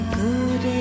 good